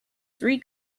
three